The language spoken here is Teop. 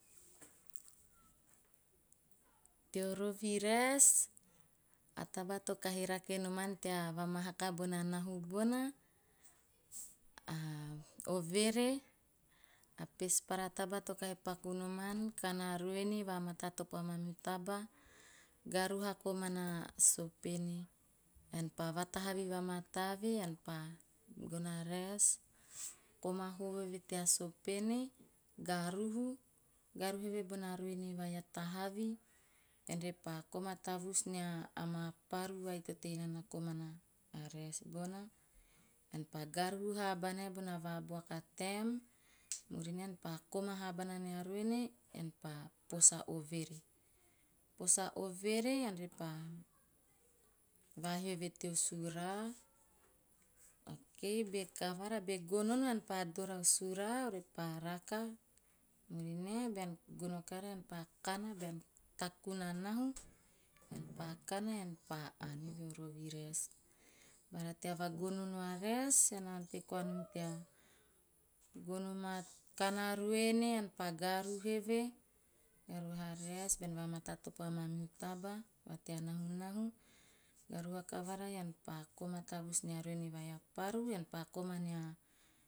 Teo rovi raes, a taba to kahi rake noman tea va mahaka bona nahu bona, a overe. A pespara taba to kahi paku noman, kana ruene va matatopo a manihu taba, garahu a komana sopene, ean pa vatahavi vamataa eve, ean pa gono a raes, koma hovo eve tea sopene, garuhu, garuhu eve bona ruene vai a tahavi, ean repa koma tavus nia maa paru vai to tei nana komana raes bona, ean pa garuhu habana e bona vabuaku a taem, murinae ean pa koma habana nia ruene ean pa pos e ovore. Pos a ovore ean pa vahio eve teo sura. Okay be kavara, be gonono ean pa dora o sura repa raka. Murinae ean pa gono vakavara ean pa ann o ovi raes. Bara tea vagogono a raes, ean na ante koa mon tea gono ma, kana ruene ean pa garuhu eve, garuhu a raes bean va matatopo amamihu taba vatea nahu nahu. Garahu vakavara ean pa koma tavus nia ruene vai a paru ean pa koma nia